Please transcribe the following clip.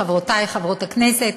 חברותי חברות הכנסת,